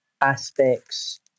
aspects